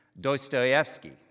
Dostoevsky